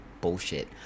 bullshit